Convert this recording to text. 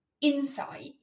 insight